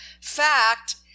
fact